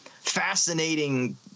fascinating